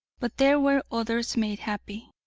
but there were others made happy.